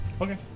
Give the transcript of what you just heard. Okay